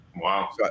Wow